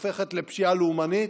הופכת לפשיעה לאומנית,